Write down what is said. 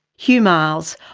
hugh miles,